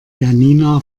janina